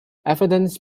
evidence